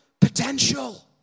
potential